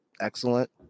excellent